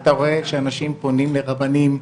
אתה רואה שאנשים פונים לרבנים,